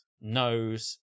knows